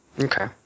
Okay